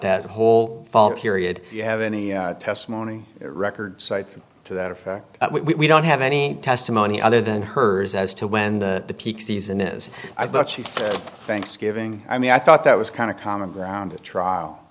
that whole period you have any testimony records cite to that effect we don't have any testimony other than hers as to when the peak season is i thought she thanksgiving i mean i thought that was kind of common ground a trial